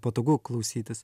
patogu klausytis